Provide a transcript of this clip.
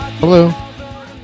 Hello